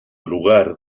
lugar